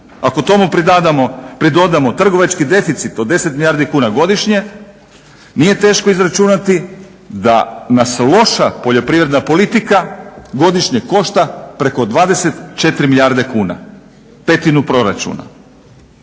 Ako tomu pridodamo trgovački deficit od 10 milijardi kuna godišnje, nije teško izračunati da nas loša poljoprivredna politika godišnje košta preko 24 milijarde kuna, petinu proračuna.